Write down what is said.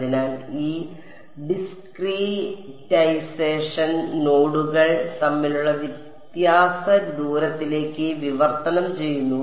അതിനാൽ ആ ഡിസ്ക്രിറ്റൈസേഷൻ നോഡുകൾ തമ്മിലുള്ള വ്യത്യാസ ദൂരത്തിലേക്ക് വിവർത്തനം ചെയ്യുന്നു